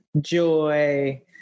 joy